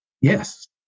yes